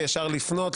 ישר לפנות,